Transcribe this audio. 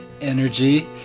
energy